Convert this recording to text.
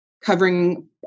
covering